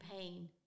pain